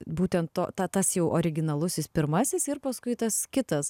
būtent to ta tas jau originalusis pirmasis ir paskui tas kitas